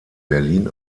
berlin